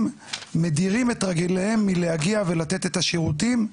מדירים את רגליהם מלהגיע ולתת את השירותים,